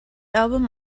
album